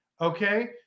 Okay